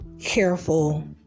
careful